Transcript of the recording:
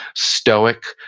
stoic,